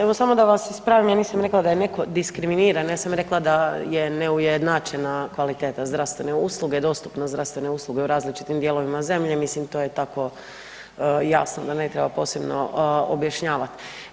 Evo samo da vas ispravim, ja nisam rekla da je neko diskriminiran, ja sam rekla da je neujednačena kvaliteta zdravstvene usluge, dostupnost zdravstvene usluge u različitim dijelovima zemlje, mislim to je tako jasno da ne treba posebno objašnjavat.